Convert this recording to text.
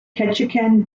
ketchikan